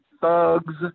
thugs